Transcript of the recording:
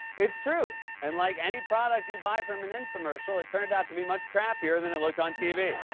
it's true. and like any product you buy from an infomercial, it turned out to be much crappier than it looked on tv.